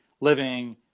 living